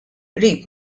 qrib